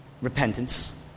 repentance